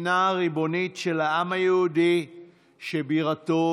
ומציינים את יום